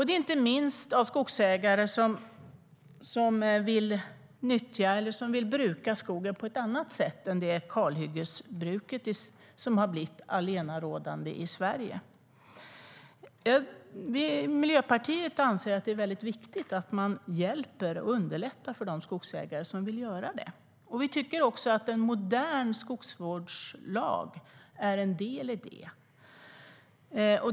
De skogsägare som hör av sig är inte minst de som vill nyttja eller bruka skogen på ett annat sätt än det kalhyggesbruk som har blivit allenarådande i Sverige. Miljöpartiet anser att det är viktigt att hjälpa och underlätta för de skogsägare som vill göra det. Vi tycker också att en modern skogsvårdslag är en del av det.